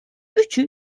üçü